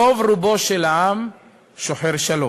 רוב רובו של העם שוחר שלום,